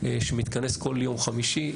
שמתכנס כל יום חמישי.